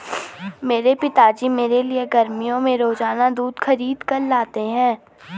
मेरे पिताजी मेरे लिए गर्मियों में रोजाना दूध खरीद कर लाते हैं